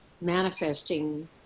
manifesting